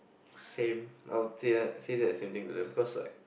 same I would say that say that the same thing to them cause like